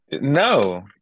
No